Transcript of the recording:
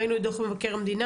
ראינו את דו"ח מבקר המדינה,